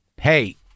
Hey